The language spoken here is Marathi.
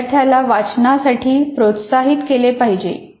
विद्यार्थ्याला वाचनासाठी प्रोत्साहित केले पाहिजे